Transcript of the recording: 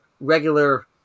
regular